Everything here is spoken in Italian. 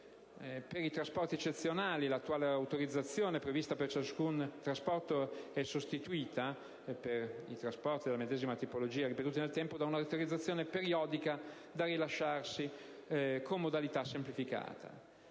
per i trasporti eccezionali, l'attuale autorizzazione prevista per ciascun trasporto è sostituita, per i trasporti della medesima tipologia ripetuti nel tempo, da un'autorizzazione periodica da rilasciarsi con modalità semplificata.